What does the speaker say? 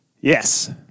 Yes